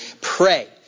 pray